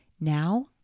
Now